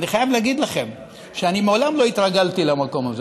אני חייב להגיד לכם שמעולם לא התרגלתי למקום הזה.